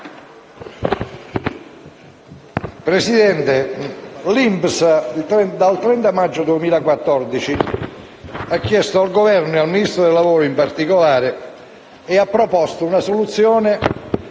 Presidente, l'INPS il 30 maggio 2014 ha interpellato il Governo, e il Ministro del lavoro in particolare, e ha proposto una soluzione